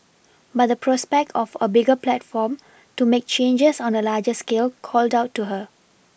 but the prospect of a bigger platform to make changes on a larger scale called out to her